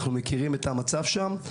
אנחנו מכירים את המצב שם.